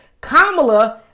Kamala